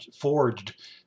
forged